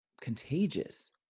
contagious